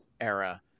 era